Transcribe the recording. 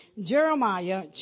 Jeremiah